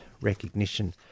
recognition